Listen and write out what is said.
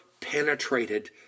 penetrated